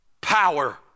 power